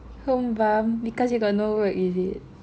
home bum because you got no work is it